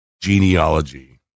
Genealogy